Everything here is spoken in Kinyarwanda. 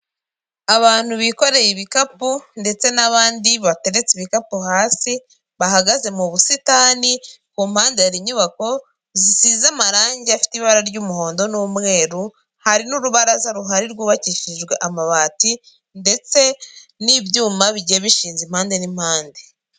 Abantu bikoreye ibikapu ndetse n'abandi bateretse ibikapu hasi, bahagaze mu busitani ku mpande hari inyubako zisize amarangi afite ibara ry'umuhondo n'umweru, hari n'urubaraza ruhari rwubakishijwe amabati ndetse n'ibyuma bigiye bishinze impande n'impande.